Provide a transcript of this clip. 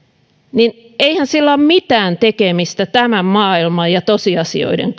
niin eihän sillä ole mitään tekemistä tämän maailman ja tosiasioiden